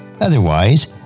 Otherwise